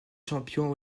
champion